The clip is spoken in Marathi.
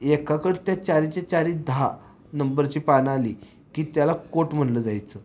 एकाकडे त्या चारीच्या चारी दहा नंबरची पानं आली की त्याला कोट म्हणलं जायचं